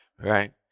Right